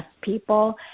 people